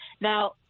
Now